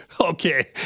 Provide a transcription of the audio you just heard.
Okay